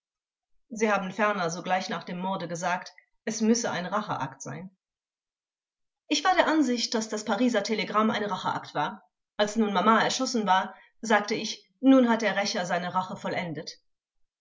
sie haben ferner sogleich nach dem morde gesagt es müsse ein racheakt sein zeugin ich war der ansicht daß das pariser telegramm ein racheakt war als nun mama erschossen war sagte ich nun hat der rächer seine rache vollendet